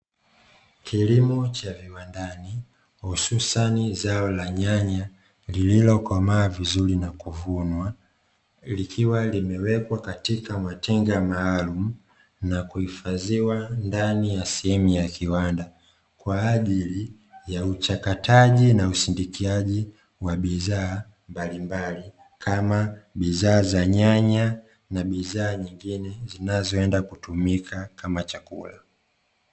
Kilimo cha viwandani hususani zao la nyanya lililokomaa vizuri na kuvunwa likiwa limewekwa katika matenga maalumu na kuhifadhiwa ndani ya sehemu ya kiwanda, kwa ajili ya uchakataji na usindikiaji wa bidhaa mbalimbali kama bidhaa za nyanya na bidhaa nyingine zinazoenda kutumika kama chakula.